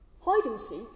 hide-and-seek